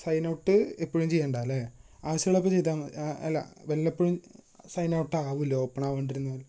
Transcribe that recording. sign out എപ്പോഴും ചെയ്യണ്ടാലേ അവശ്യമുള്ളപ്പോൾ ചെയ്താൽ അല്ല വല്ലപ്പോഴും സൈൻ ഔട്ടാവുലോ ഓപ്പണാവാണ്ടിരുന്നാൽ